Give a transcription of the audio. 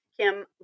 kim